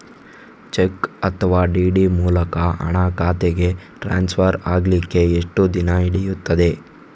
Check ಅಥವಾ DD ಮೂಲಕ ಹಣ ಖಾತೆಗೆ ಟ್ರಾನ್ಸ್ಫರ್ ಆಗಲಿಕ್ಕೆ ಎಷ್ಟು ದಿನ ಹಿಡಿಯುತ್ತದೆ?